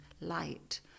light